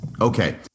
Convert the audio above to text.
Okay